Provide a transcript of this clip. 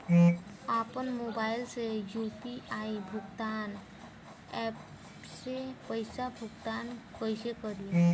आपन मोबाइल से यू.पी.आई भुगतान ऐपसे पईसा भुगतान कइसे करि?